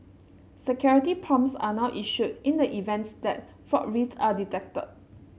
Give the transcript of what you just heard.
security prompts are now issued in the events that fraud risk are detected